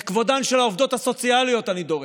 את כבודן של העובדות הסוציאליות אני דורש.